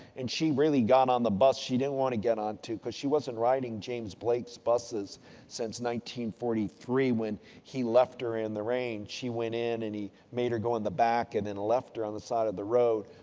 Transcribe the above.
and, she really got on the bus she didn't want to get onto. because, she wasn't riding james blake's buses since one thousand three when he left her in the rain. she went in and he made her go in the back and then left her on the side of the road.